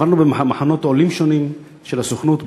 עברנו במחנות עולים שונים של הסוכנות.